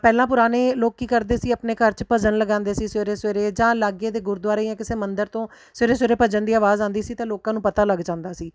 ਪਹਿਲਾਂ ਪੁਰਾਣੇ ਲੋਕ ਕੀ ਕਰਦੇ ਸੀ ਆਪਣੇ ਘਰ 'ਚ ਭਜਨ ਲਗਾਉਂਦੇ ਸੀ ਸਵੇਰੇ ਸਵੇਰੇ ਜਾਂ ਲਾਗੇ ਦੇ ਗੁਰਦੁਆਰੇ ਜਾਂ ਕਿਸੇ ਮੰਦਿਰ ਤੋਂ ਸਵੇਰੇ ਸਵੇਰੇ ਭਜਨ ਦੀ ਆਵਾਜ਼ ਆਉਂਦੀ ਸੀ ਤਾਂ ਲੋਕਾਂ ਨੂੰ ਪਤਾ ਲੱਗ ਜਾਂਦਾ ਸੀ